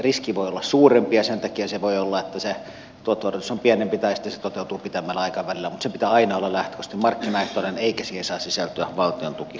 riski voi olla suurempi ja sen takia voi olla että se tuotto odotus on pienempi tai sitten se toteutuu pitemmällä aikavälillä mutta sen pitää olla aina lähtökohtaisesti markkinaehtoinen eikä siihen saa sisältyä valtion tukielementtiä